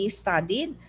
studied